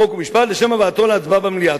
חוק ומשפט לשם הבאתו להצבעה במליאה.